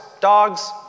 Dogs